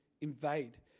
invade